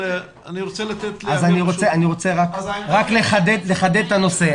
אני רוצה לחדד את הנושא.